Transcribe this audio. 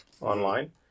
online